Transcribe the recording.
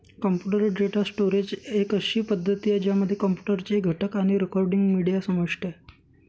computer data storage एक अशी पद्धती आहे, ज्यामध्ये कॉम्प्युटर चे घटक आणि रेकॉर्डिंग, मीडिया समाविष्ट आहे